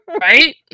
Right